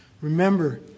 remember